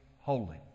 holy